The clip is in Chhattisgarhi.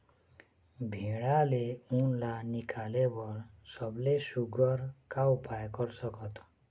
भेड़ा ले उन ला निकाले बर सबले सुघ्घर का उपाय कर सकथन?